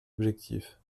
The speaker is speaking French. objectif